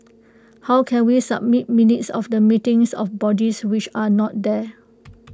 how can we submit minutes of the meetings of bodies which are not there